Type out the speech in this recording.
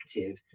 active